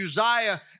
Uzziah